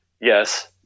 yes